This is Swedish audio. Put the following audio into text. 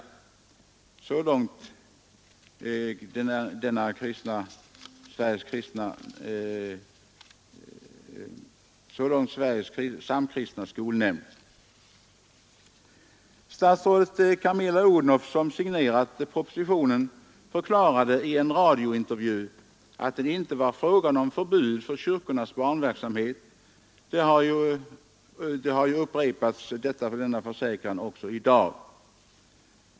Statsrådet Camilla Odhnoff, som signerat propositionen, förklarade i en radiointervju att det inte var fråga om förbud mot kyrkornas barnverksamhet. Denna försäkran har ju upprepats i dag.